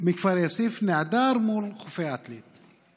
מכפר יאסיף, נעדר מול חופי עתלית.